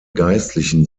geistlichen